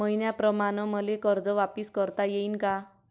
मईन्याप्रमाणं मले कर्ज वापिस करता येईन का?